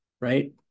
right